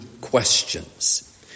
questions